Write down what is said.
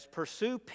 pursue